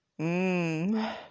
Mmm